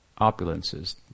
opulences